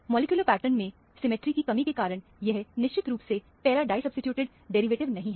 molecular pattern में symmetry की कमी के कारण यह निश्चित रूप से पैरा डाईसब्सीट्यूटेड डेरिवेटिव नहीं है